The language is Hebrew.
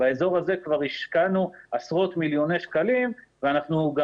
באזור הזה כבר השקענו עשרות מיליוני שקלים ואנחנו גם